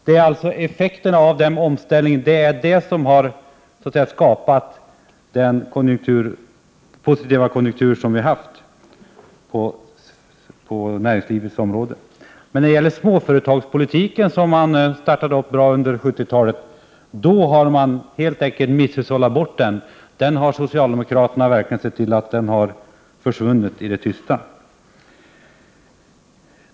Det är effekterna av denna omställning som skapat den positiva konjunktur som vi haft på näringslivets område. Men småföretagspolitiken, som startade bra under 1970-talet, har helt enkelt misshushållats bort. Socialdemokraterna har verkligen sett till att den politiken försvunnit i det tysta.